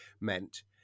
meant